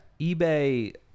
eBay